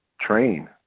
train